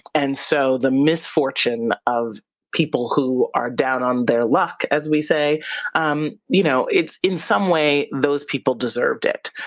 and so, the misfortune of people who are down on their luck, as we say um you know it's in some way those people deserved it,